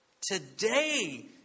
Today